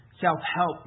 self-help